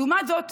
לעומת זאת,